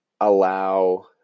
allow